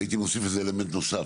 והייתי מוסיף לזה אלמנט נוסף,